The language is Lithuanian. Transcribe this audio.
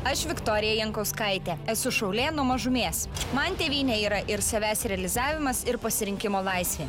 aš viktorija jankauskaitė esu šaulė nuo mažumės man tėvynė yra ir savęs realizavimas ir pasirinkimo laisvė